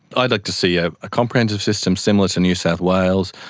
i'd like to see a ah comprehensive system similar to new south wales,